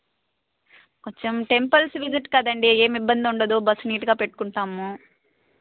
కొంచెం temples visit కదండి ఏమి ఇబ్బంది ఉండదు బస్సు నీట్గా పెట్టుకుంటాము